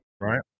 Right